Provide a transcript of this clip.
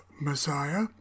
Messiah